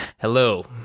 Hello